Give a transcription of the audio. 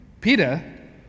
peter